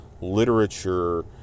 literature